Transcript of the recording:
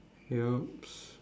yups